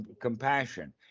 compassion